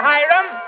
Hiram